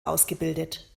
ausgebildet